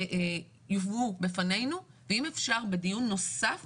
יובאו בפנינו, ואם אפשר בדיון נוסף